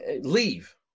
leave